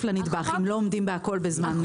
לה נדבך אם לא עומדים בכול בזמן אמת.